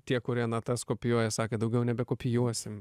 tie kurie natas kopijuoja sakė daugiau nebekopijuosim